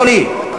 לא לי,